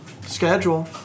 schedule